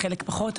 חלק פחות,